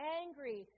angry